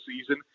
season